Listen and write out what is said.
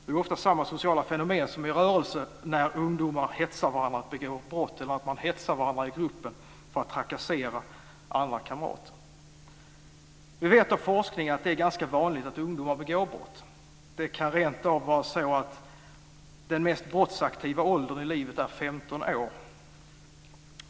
Det är ofta samma sociala fenomen som är i rörelse när ungdomar hetsar varandra att begå brott och när de hetsar varandra i gruppen för att trakassera andra kamrater. Vi vet från forskningen att det är ganska vanligt att ungdomar begår brott. Det kan rentav vara så att den mest brottsaktiva åldern i livet är 15 år.